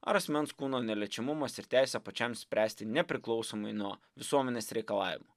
ar asmens kūno neliečiamumas ir teisė pačiam spręsti nepriklausomai nuo visuomenės reikalavimų